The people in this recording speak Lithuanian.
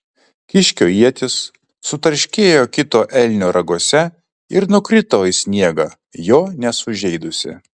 kiškio ietis sutarškėjo kito elnio raguose ir nukrito į sniegą jo nesužeidusi